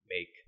make